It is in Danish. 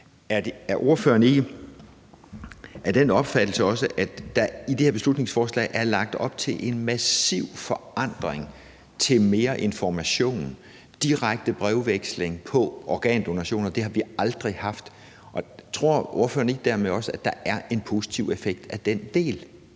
Er ordføreren ikke af den opfattelse, at der i det her beslutningsforslag er lagt op til en massiv forandring til at have mere information og direkte brevveksling om organdonation? Det har vi aldrig haft. Tror ordføreren dermed ikke, at der er en positiv effekt af den del?